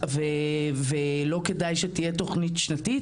האם לא כדאי שתהיה תוכנית שנתית.